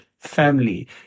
family